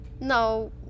No